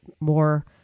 more